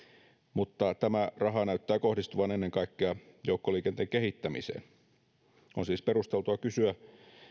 mutta tämä raha näyttää kohdistuvan ennen kaikkea joukkoliikenteen kehittämiseen on siis perusteltua kysyä